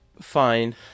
fine